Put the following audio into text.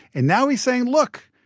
and now he's saying, look,